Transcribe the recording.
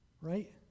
right